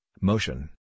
motion